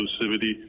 exclusivity